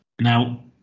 Now